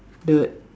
the